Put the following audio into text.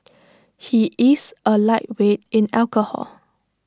he is A lightweight in alcohol